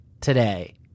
today